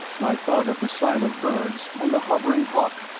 i thought of the silent birds and the hovering hawk,